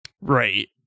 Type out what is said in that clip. Right